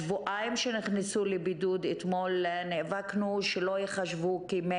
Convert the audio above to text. אתמול נאבקנו על כך שהשבועיים